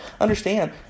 Understand